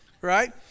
right